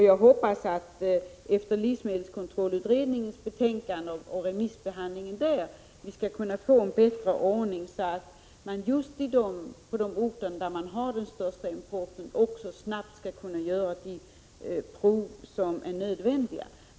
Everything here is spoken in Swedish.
Jag hoppas att vi efter livsmedelskontrollutredningens betänkande och remissbehandlingen av det skall kunna få en bättre ordning, så att man just på de orter där man har den största importen också snabbt kan göra de prov som är nödvändiga.